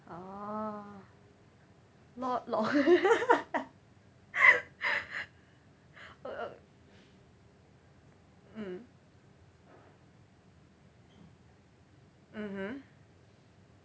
orh lor~ lor~ mm mmhmm